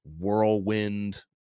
whirlwind